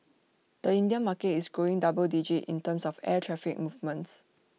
the Indian market is growing double digit in terms of air traffic movements